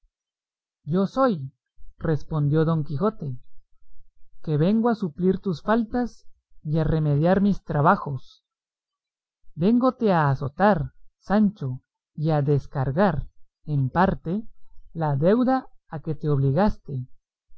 yo soy respondió don quijote que vengo a suplir tus faltas y a remediar mis trabajos véngote a azotar sancho y a descargar en parte la deuda a que te obligaste